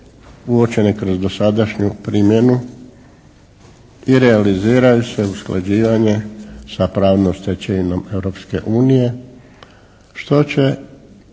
uočene kroz dosadašnju primjenu i realiziraju se usklađivanje sa pravnom stečevinom Europske